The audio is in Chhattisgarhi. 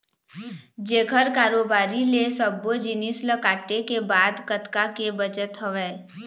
जेखर कारोबारी ले सब्बो जिनिस ल काटे के बाद कतका के बचत हवय